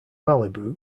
malibu